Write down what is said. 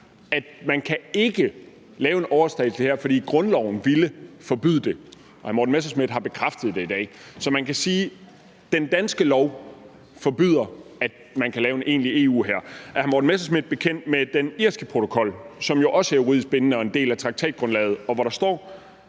at man ikke kan lave en overstatslig hær, for det vil grundloven forbyde, og det har hr. Morten Messerschmidt bekræftet i dag. Så man kan sige, at den danske lov forbyder, at man kan lave en egentlig EU-hær. Er hr. Morten Messerschmidt bekendt med den irske protokol, som jo også er juridisk bindende og en del af traktatgrundlaget, hvor der står,